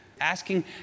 Asking